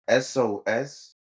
SOS